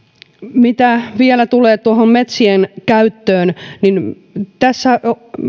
mitä vielä tulee tuohon metsien käyttöön niin tässä